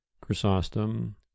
Chrysostom